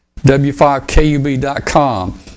w5kub.com